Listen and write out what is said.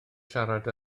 siarad